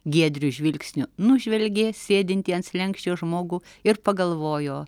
giedriu žvilgsniu nužvelgė sėdintį ant slenksčio žmogų ir pagalvojo